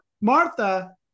Martha